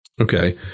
Okay